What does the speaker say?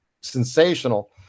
sensational